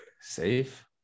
safe